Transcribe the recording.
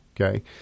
okay